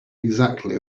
exactly